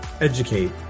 educate